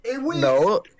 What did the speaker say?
No